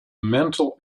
mental